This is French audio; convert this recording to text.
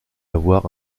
avoir